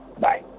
bye